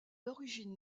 origine